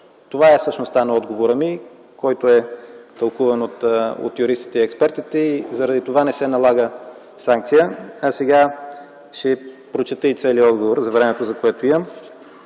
Това е същността на отговора ми, който е тълкуван от юристите и експертите. Заради това не се налага санкция. Сега ще прочета и целия отговор за времето, което имам.